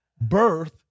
birth